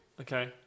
Okay